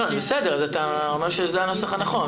אז אתה אומר שזה הנוסח הנכון.